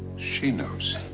she knows!